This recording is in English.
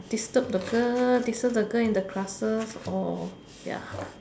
disturb the girl disturb the girl in the classes or ya